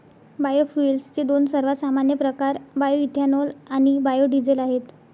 बायोफ्युएल्सचे दोन सर्वात सामान्य प्रकार बायोएथेनॉल आणि बायो डीझेल आहेत